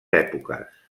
èpoques